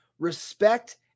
Respect